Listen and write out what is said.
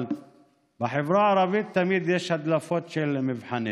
אבל בחברה הערבית תמיד יש הדלפות של מבחנים.